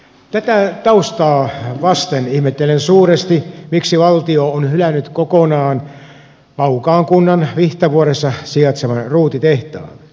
tätä taustaa vasten ihmettelen suuresti miksi valtio on hylännyt kokonaan laukaan kunnan vihtavuoressa sijaitsevan ruutitehtaan